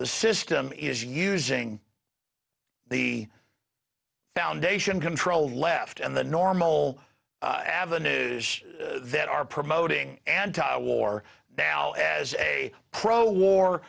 the system is using the foundation controlled left and the normal avenues that are promoting anti war now as a pro war